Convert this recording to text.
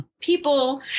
People